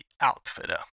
outfitter